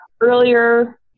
earlier